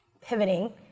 pivoting